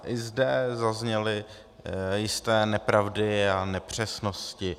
I zde zazněly jisté nepravdy a nepřesnosti.